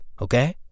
okay